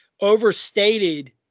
overstated